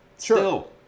Sure